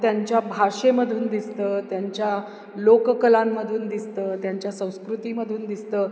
त्यांच्या भाषेमधून दिसतं त्यांच्या लोककलांमधून दिसतं त्यांच्या संस्कृतीमधून दिसतं